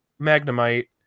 Magnemite